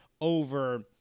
over